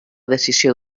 decisió